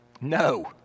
No